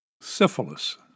Syphilis